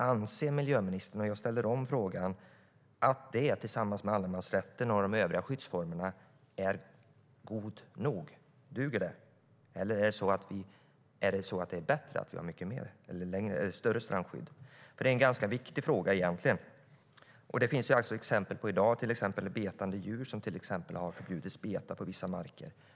Anser miljöministern att det tillsammans med allemansrätten och de övriga skyddsformerna är gott nog? Duger det, eller är det bättre med ett större strandskydd? Det är en ganska viktig fråga. Det finns i dag exempel på att djur har förbjudits att beta på vissa marker.